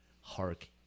hark